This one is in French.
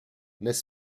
n’est